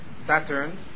Saturn